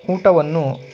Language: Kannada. ಊಟವನ್ನು